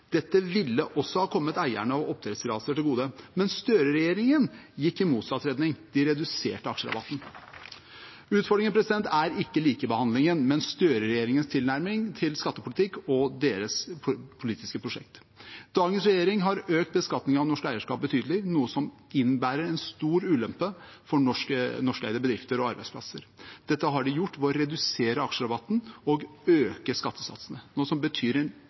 Dette ville også ha kommet eiere av oppdrettstillatelser til gode, men Støre-regjeringen gikk i motsatt retning. De reduserte aksjerabatten. Utfordringen er ikke likebehandlingen, men Støre-regjeringens tilnærming til skattepolitikk og deres politiske prosjekt. Dagens regjering har økt beskatningen av norsk eierskap betydelig, noe som innebærer en stor ulempe for norskeide bedrifter og arbeidsplasser. Dette har de gjort ved å redusere aksjerabatten og øke skattesatsene, noe som betyr en